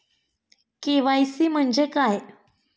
KYC म्हणजे काय आहे?